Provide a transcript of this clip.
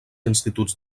instituts